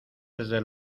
desde